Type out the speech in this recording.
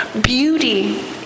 beauty